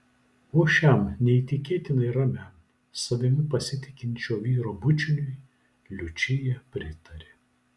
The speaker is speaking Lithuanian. o šiam neįtikėtinai ramiam savimi pasitikinčio vyro bučiniui liučija pritarė